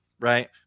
Right